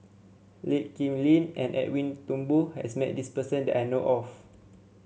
Lee Kip Lin and Edwin Thumboo has met this person that I know of